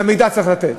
את המידע צריך לתת.